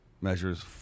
measures